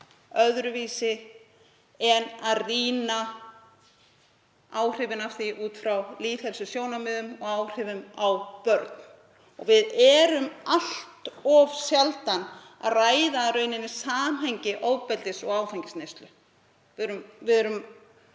öðruvísi en að rýna áhrifin af því út frá lýðheilsusjónarmiðum og áhrifum á börn. Við erum allt of sjaldan að ræða samhengi ofbeldis og áfengisneyslu. Við erum